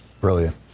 Brilliant